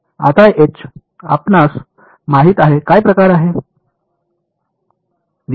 आता H आपणास माहित आहे काय प्रकार आहे